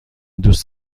دوست